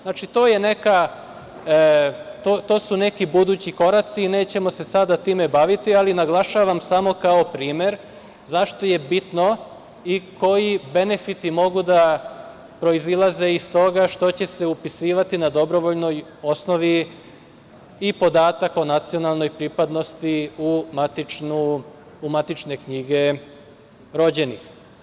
Znači, to su neki budući koraci i nećemo se sada time baviti, ali naglašavam samo kao primer zašto je bitno i koji benefiti mogu da proizilaze iz toga što će se upisivati na dobrovoljnoj osnovi i podatak o nacionalnoj pripadnosti u matične knjige rođenih.